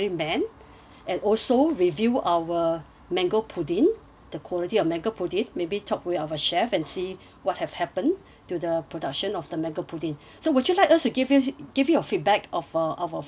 and also review our mango pudding the quality of mango pudding maybe talk with our chef and see what have happened to the production of the mango pudding so would you like us you give you give you a feedback of uh of our findings